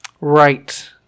right